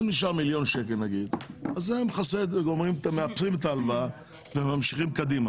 היו מאפסים את ההלוואה וממשיכים קדימה.